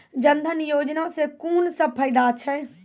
जनधन योजना सॅ कून सब फायदा छै?